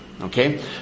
Okay